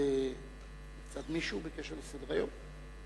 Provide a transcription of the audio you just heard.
קדימה מושכת את הצעת האי-אמון שלה?